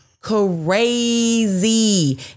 crazy